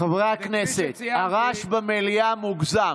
כפי שציינתי, חברי הכנסת, הרעש במליאה מוגזם.